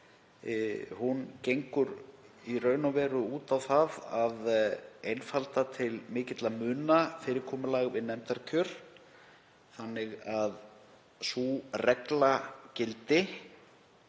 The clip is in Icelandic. Hún gengur í raun og veru út á það að einfalda til mikilla muna fyrirkomulag við nefndarkjör þannig að sú regla gildi